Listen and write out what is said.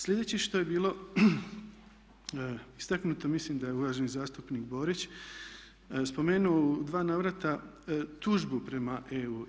Slijedeće što je bilo istaknuto, mislim da je uvaženi zastupnik Borić spomenuo u dva navrata tužbu prema EU.